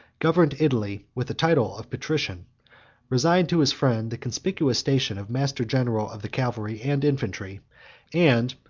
governed italy with the title of patrician resigned to his friend the conspicuous station of master-general of the cavalry and infantry and,